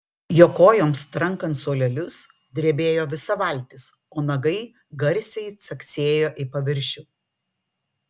jo kojoms trankant suolelius drebėjo visa valtis o nagai garsiai caksėjo į paviršių